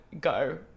go